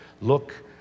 look